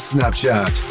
Snapchat